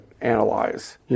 analyze